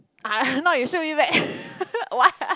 uh not you shoot me back what